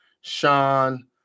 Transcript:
Sean